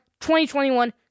2021